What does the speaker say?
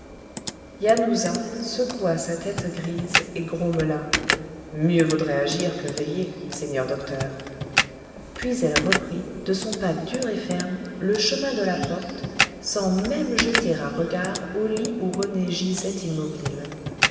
yanuza secoua sa tête grise et grommela mieux vaudrait agir que veiller seigneur docteur puis elle reprit de son pas dur et ferme le chemin de la porte sans même jeter un regard au lit où rené gisait immobile